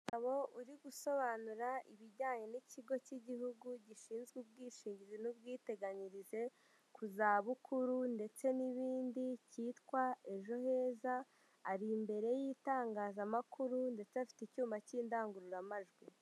Umugabo uri gusobanura ibijyanye n'ikigo cy'igihugu gishinzwe ubwishingizi n'ubwiteganyirize ku zabukuru ndetse n'ibindi cyitwa ejo heza, ari imbere y'itangazamakuru ndetse afite icyuma cy'indangururamajwi.